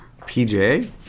PJ